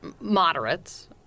moderates